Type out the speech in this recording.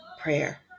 prayer